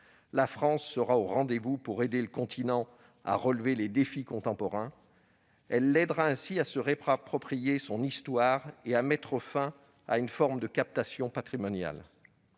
La France sera au rendez-vous pour aider le continent à relever les défis contemporains. Elle l'aidera ainsi à se réapproprier son histoire et à mettre fin à une forme de captation patrimoniale.